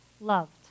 Loved